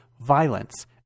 violence